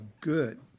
good